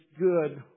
good